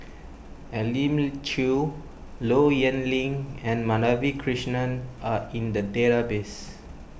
Elim Chew Low Yen Ling and Madhavi Krishnan are in the database